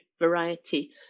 variety